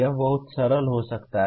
यह बहुत सरल हो सकता है